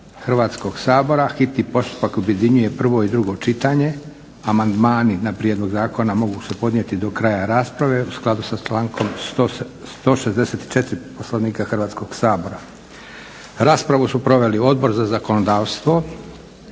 Hrvatskog sabora, hitni postupak objedinjuje prvo i drugo čitanje. Amandmani na prijedlog zakona mogu se podnijeti do kraja rasprave u skladu sa člankom 164. Poslovnika Hrvatskog sabora. Raspravu su proveli Odbor za zakonodavstvo,